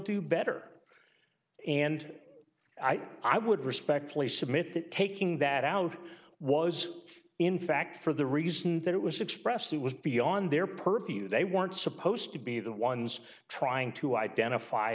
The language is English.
do better and i would respectfully submit that taking that out was in fact for the reason that it was expressed it was beyond their purview they weren't supposed to be the ones trying to identify